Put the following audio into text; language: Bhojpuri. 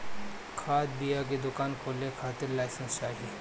खाद बिया के दुकान खोले के खातिर लाइसेंस चाही